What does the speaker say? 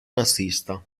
nazista